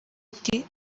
ati